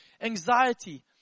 anxiety